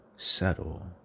Settle